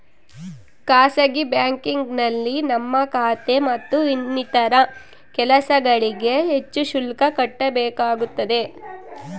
ಖಾಸಗಿ ಬ್ಯಾಂಕಿಂಗ್ನಲ್ಲಿ ನಮ್ಮ ಖಾತೆ ಮತ್ತು ಇನ್ನಿತರ ಕೆಲಸಗಳಿಗೆ ಹೆಚ್ಚು ಶುಲ್ಕ ಕಟ್ಟಬೇಕಾಗುತ್ತದೆ